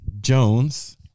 Jones